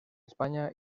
españa